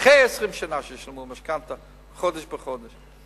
אחרי ש-20 שנה שילמו משכנתה חודש בחודש.